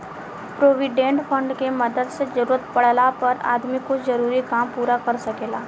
provident fund के मदद से जरूरत पाड़ला पर आदमी कुछ जरूरी काम पूरा कर सकेला